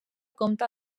compta